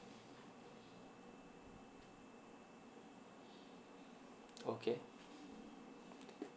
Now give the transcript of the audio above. okay